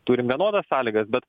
turim vienodas sąlygas bet